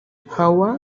hawa